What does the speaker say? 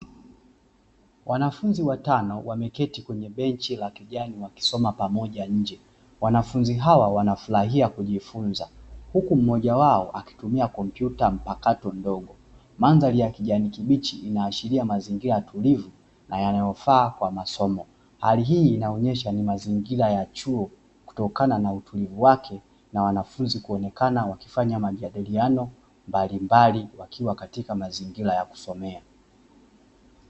Wanafunzi watano wameketi kwenye benchi la kijani, wakisoma pamoja nje. Wanafunzi hawa wanafurahia kujifunza huku mmoja wao akitumia kompyuta mpakato ndogo. Mandhari ya kijani kibichi inaashiria mazingira tulivu na yanayofaa kwa masomo, hali hii inaonyesha ni mazingira ya chuo kutokana na utulivu wake, na wanafunzi kuonekana wakifanya majadiliano mbalimbali; wakiwa katika mazingira ya kusomea.